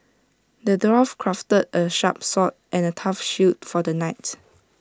the dwarf crafted A sharp sword and A tough shield for the knight